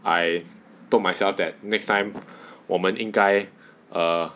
I told myself that next time 我们应该 err